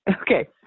Okay